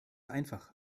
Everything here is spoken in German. einfach